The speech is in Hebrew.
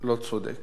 לא צודק.